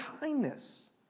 kindness